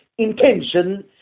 intention